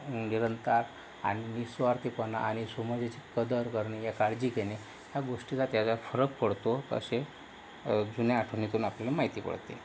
निरंतर आणि निःस्वार्थीपणा आणि समोरच्याची कदर करणे या काळजी घेणे ह्या गोष्टीला त्याच्यात जरा फरक पडतो असे जुन्या आठवणीतून आपल्याला माहिती पडते